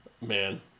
Man